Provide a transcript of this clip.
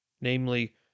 namely